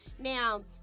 now